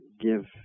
give